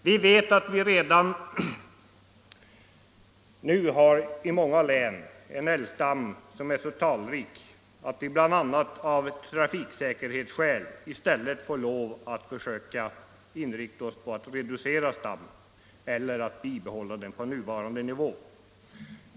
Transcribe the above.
Vi vet att man redan nu i många län har en så talrik älgstam, att man bl.a. av trafiksäkerhetsskäl i stället för att öka stammen får lov att inrikta sig på att reducera den eller bibehålla den på nuvarande nivå.